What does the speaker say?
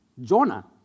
Jonah